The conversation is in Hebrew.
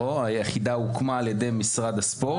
לא, היחידה הוקמה על-ידי משרד הספורט.